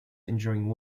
engineering